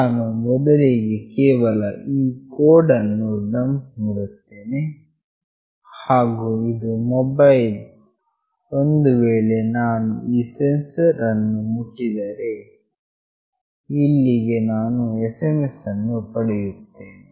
ನಾನು ಮೊದಲಿಗೆ ಕೇವಲ ಈ ಕೋಡ್ ಅನ್ನು ಡಂಪ್ ಮಾಡುತ್ತೇನೆ ಹಾಗು ಇದು ಮೊಬೈಲ್ ಒಂದು ವೇಳೆ ನಾನು ಈ ಸೆನ್ಸರ್ ಅನ್ನು ಮುಟ್ಟಿದರೆ ಇಲ್ಲಿಗೆ ನಾನು SMS ಅನ್ನು ಪಡೆಯುತ್ತೇನೆ